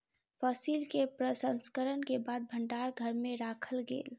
फसिल के प्रसंस्करण के बाद भण्डार घर में राखल गेल